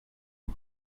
den